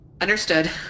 Understood